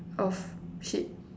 of sheet